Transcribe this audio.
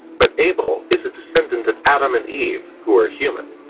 but abel is a descendant of adam and eve who are human.